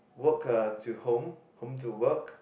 work uh to home home to work